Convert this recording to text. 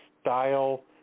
style